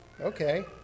Okay